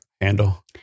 handle